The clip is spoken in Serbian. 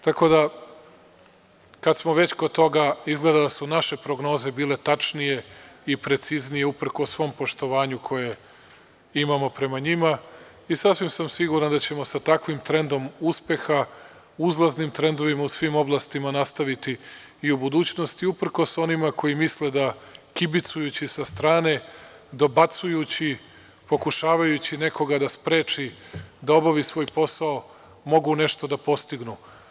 Tako da, kad smo već kod toga, izgleda da su naše prognoze bile tačnije i preciznije uprkos svom poštovanju koje imamo prema njima i sasvim sam siguran da ćemo sa takvim trendom uspeha, uzlaznim trendovima u svim oblastima, nastaviti i u budućnosti, uprkos onima koji misle da kibicujući sa strane, dobacujući, pokušavajući nekoga da spreči da obavi svoj posao, mogu nešto da postignu.